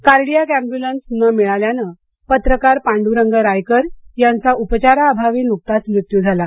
cardiac ambulance न मिळाल्याने पत्रकार पांडूरंग रायकर यांचा उपचाराअभावी नुकताच मृत्यू झाला